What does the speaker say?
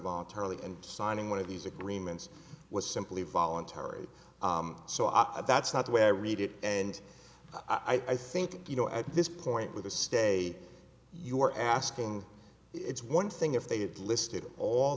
voluntarily and signing one of these agreements was simply voluntary so i that's not the way i read it and i think you know at this point with a stay you're asking it's one thing if they had listed all